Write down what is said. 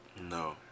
No